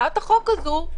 הצעת החוק הזאת,